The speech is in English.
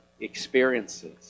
experiences